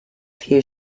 few